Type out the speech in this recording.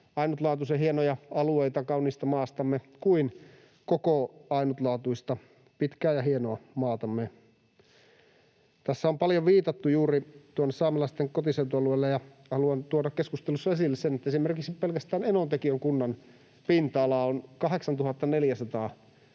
ainutlaatuisen hienoja alueita kauniista maastamme kuin koko ainutlaatuista, pitkää ja hienoa maatamme. Tässä on paljon viitattu juuri tuonne saamelaisten kotiseutualueelle, ja haluan tuoda keskustelussa esille sen, että esimerkiksi pelkästään Enontekiön kunnan pinta-ala on 8 400